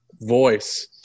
voice